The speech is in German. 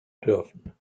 dürfen